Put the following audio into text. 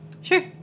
Sure